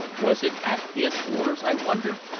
was it at his orders, i wondered,